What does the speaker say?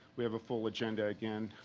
we have a full agenda, again,